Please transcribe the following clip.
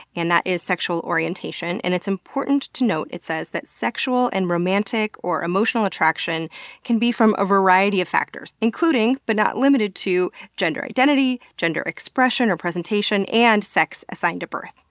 and that is sexual orientation. and it's important to note, it says, that sexual and romantic or emotional attraction can be from a variety of factors including but not limited to gender identity, gender expression or presentation, and sex assigned at birth.